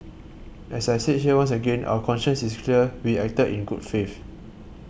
as I said here once again our conscience is clear we acted in good faith